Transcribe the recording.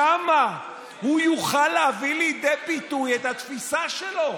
שם הוא יוכל להביא לידי ביטוי את התפיסה שלו.